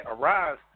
arise